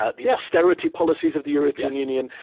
ah the austerity policies of the european union,